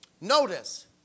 notice